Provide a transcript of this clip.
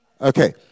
Okay